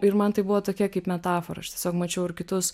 ir man tai buvo tokia kaip metafora aš tiesiog mačiau ir kitus